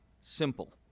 simple